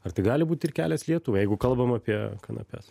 ar tai gali būti ir kelias lietuvai jeigu kalbame apie kanapes